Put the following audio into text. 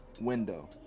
window